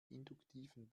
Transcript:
induktiven